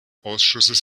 ausschusses